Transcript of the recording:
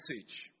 message